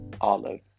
Olive